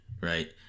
right